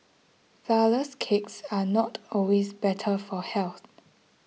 Flourless Cakes are not always better for health